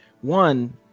One